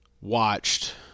watched